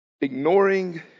ignoring